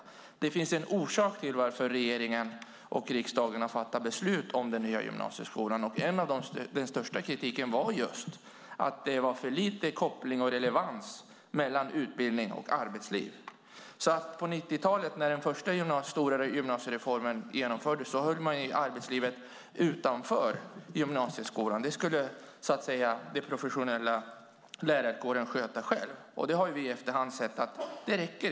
Det finns en orsak till att regeringen och riksdagen har fattat beslut om den nya gymnasieskolan. Den största kritiken riktades just mot att det var för lite relevans och koppling mellan utbildning och arbetsliv. På 90-talet, när den första stora gymnasiereformen genomfördes, höll man arbetslivet utanför gymnasieskolan. Detta skulle den professionella lärarkåren sköta själv. I efterhand har vi sett att det inte räckt.